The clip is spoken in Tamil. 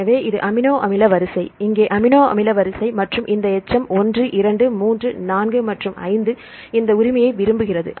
எனவே இது அமினோ அமில வரிசை இங்கே அமினோ அமில வரிசை மற்றும் இந்த எச்சம் 1 2 3 4 5 இந்த உரிமையை விரும்புகிறது